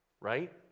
right